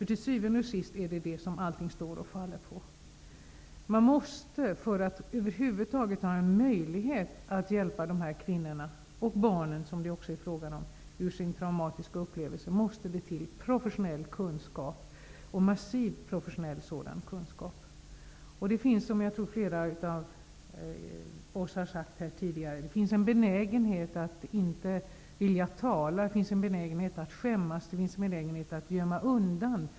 Till syvende och sist står och faller allting med detta. För att över huvud taget ha en möjlighet att hjälpa dessa kvinnor -- och barnen som det också är fråga om -- ur sin traumatiska upplevelse måste det till massiv professionell kunskap. Det finns, som jag tror flera av oss har sagt här tidigare, en benägenhet att inte vilja tala, att skämmas, att gömma undan.